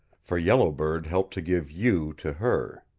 for yellow bird helped to give you to her.